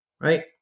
right